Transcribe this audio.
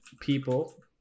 people